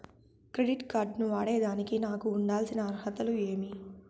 Credit card ను వాడేదానికి నాకు ఉండాల్సిన అర్హతలు ఏమి?